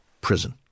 prison